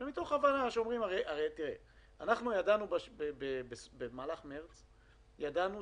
מה שהעלה פה חבר הכנסת קוז'ינוב,